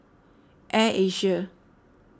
Air Asia